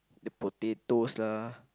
the potatoes lah